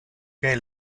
que